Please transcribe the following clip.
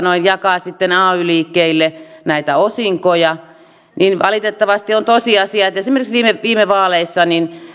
jakaa sitten ay liikkeille näitä osinkoja ja valitettavasti on tosiasia että esimerkiksi viime viime vaaleissa